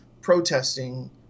protesting